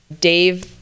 Dave